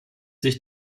sich